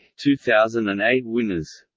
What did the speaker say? two thousand and eight winners